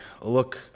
look